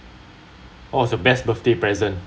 what was the best birthday present